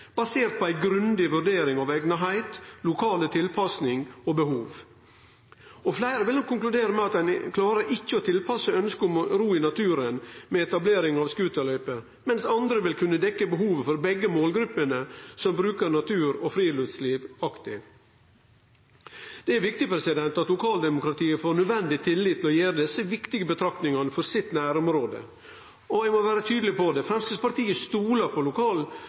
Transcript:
basert på ei grundig vurdering av om det er eigna for det, lokale tilpassingar og behov. Fleire vil nok konkludere med at ein klarer ikkje å tilpasse ønskje om ro i naturen med etablering av scooterløyper, medan andre meiner at ein vil kunne dekkje behovet for begge målgruppene som bruker natur og friluftsliv aktivt. Det er viktig at lokaldemokratiet får nødvendig tillit til å gjere desse viktige vurderingane for sitt nærområde, og ein må vere tydeleg på det. Framstegspartiet stolar på